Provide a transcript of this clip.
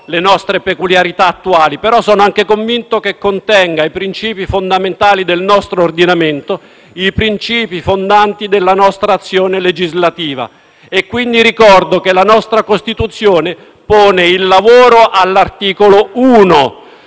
alle nostre peculiarità attuali, però sono anche convinto che contenga i princìpi fondamentali del nostro ordinamento, i princìpi fondanti della nostra azione legislativa. Ricordo quindi che la nostra Costituzione pone il lavoro all'articolo 1,